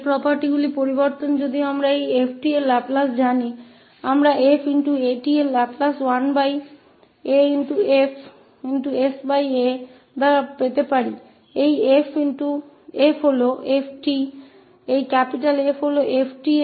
पैमाने के गुणों में परिवर्तन यद्यपि यदि हम 𝑓𝑡 के लाप्लास को जानते हैं तो हम 𝑓𝑎𝑡 का लाप्लास 1af से प्राप्त कर सकते हैं